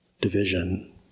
division